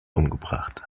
umgebracht